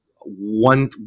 one